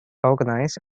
organize